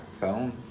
Phone